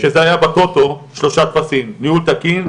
כשזה היה בטוטו שלושה טפסים: ניהול תקין,